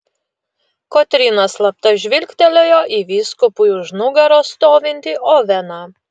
kotryna slapta žvilgtelėjo į vyskupui už nugaros stovintį oveną